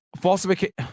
falsification